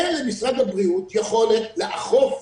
אין למשרד הבריאות יכולת מעשית לאכוף